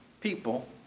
people